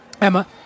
Emma